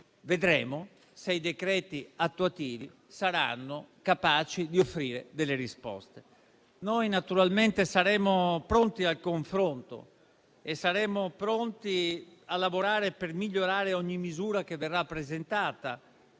vedremo se i decreti attuativi saranno capaci di offrire delle risposte. Noi naturalmente saremo pronti al confronto e saremo pronti a lavorare per migliorare ogni misura che verrà presentata,